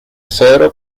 cedro